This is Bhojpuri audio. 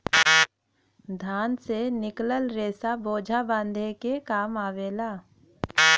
धान से निकलल रेसा बोझा बांधे के काम आवला